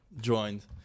joined